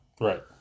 Right